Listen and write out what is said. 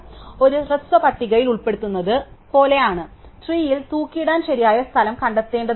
അതിനാൽ ഒരു ഹ്രസ്വ പട്ടികയിൽ ഉൾപ്പെടുത്തുന്നത് പോലെയാണ് ട്രീയിൽ തൂക്കിയിടാൻ ശരിയായ സ്ഥലം കണ്ടെത്തേണ്ടത് ഒഴികെ